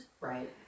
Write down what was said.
Right